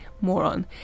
moron